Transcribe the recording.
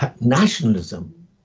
nationalism